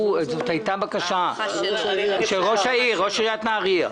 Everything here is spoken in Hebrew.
זאת הייתה בקשה של ראש עיריית נהרייה.